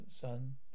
son